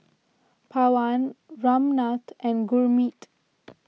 Pawan Ramnath and Gurmeet